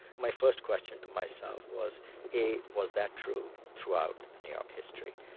my first question to myself was a was that true throughout new york history,